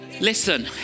Listen